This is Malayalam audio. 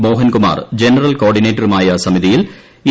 മോഹൻ കുമാർ ജനറൽ കോ ഓർഡിനേറ്ററുമായ സമിതിയിൽ എ